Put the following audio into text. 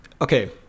Okay